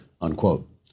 unquote